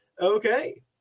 Okay